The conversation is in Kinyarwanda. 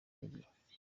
n’igihe